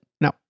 No